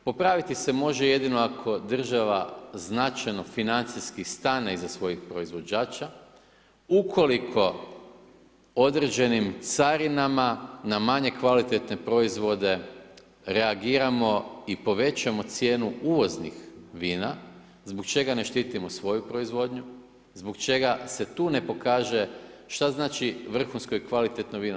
Popraviti se može jedino ako država značajno financijski stane iza svojih proizvođača, ukoliko određenim carinama na manje kvalitetne proizvode reagiramo i povećamo cijenu uvoznih vina zbog čega ne štitimo svoju proizvodnju, zbog čega se tu ne pokaže šta znači vrhunsko i kvalitetno vino.